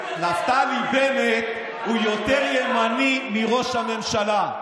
שנפתלי בנט הוא יותר ימני מראש הממשלה.